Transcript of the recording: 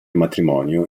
matrimonio